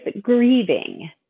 grieving